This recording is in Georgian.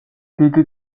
დიდი